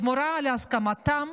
בתמורה להסכמתם